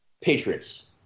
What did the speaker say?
patriots